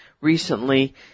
recently